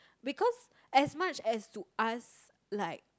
because as much as to ask like